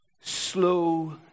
slow